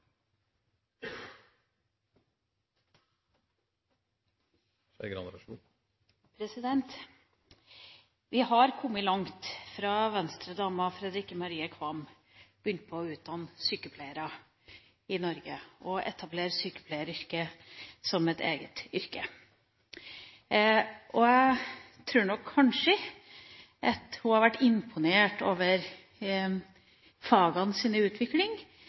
Vi har kommet langt siden Venstre-dama Fredrikke Marie Qvam begynte å utdanne sykepleiere i Norge og etablere sykepleieryrket som et eget yrke. Jeg tror nok at hun hadde vært imponert over fagenes utvikling,